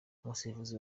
umusifuzi